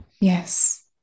Yes